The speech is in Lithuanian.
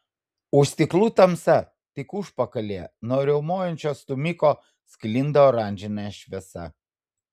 už stiklų tamsa tik užpakalyje nuo riaumojančio stūmiko sklinda oranžinė šviesa